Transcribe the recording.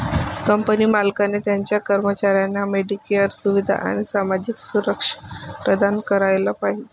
company मालकाने त्याच्या कर्मचाऱ्यांना मेडिकेअर सुविधा आणि सामाजिक सुरक्षा प्रदान करायला पाहिजे